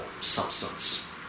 substance